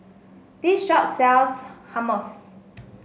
this shop sells Hummus